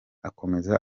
akomeza